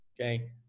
Okay